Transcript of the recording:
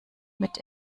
mit